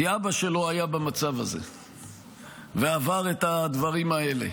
כי אבא שלו היה במצב הזה ועבר את הדברים האלה.